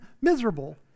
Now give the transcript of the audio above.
miserable